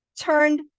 turned